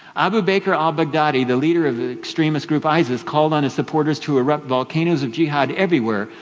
abu bakr al-baghdadi, the leader of the extremist group isis, called on his supporters to erupt volcanoes of jihad everywhere.